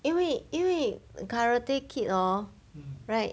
因为因为 karate kid hor right